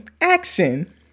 action